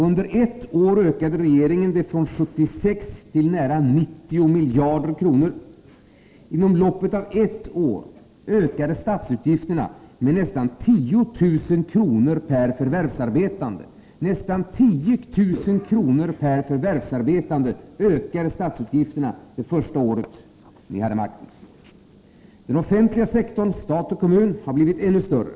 Under ett budgetår ökade regeringen på detta från 76 till nära 90 miljarder kronor. Inom loppet av ett enda år ökade statsutgifterna med nästan 10 000 kr. per förvärvsarbetande! Den offentliga sektorn, stat och kommun, har blivit ännu större.